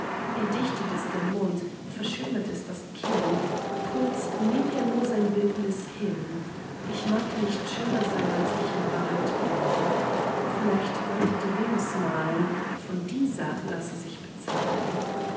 streuen erdichtet ist der mund verschönert ist das kinn kurz nehm er nur sein bildnis hin ich mag nicht schöner sein als ich in wahrheit bin vielleicht wollt er die venus malen von dieser laß er sich bezahlen